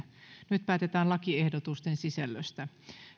nyt päätetään lakiehdotusten sisällöstä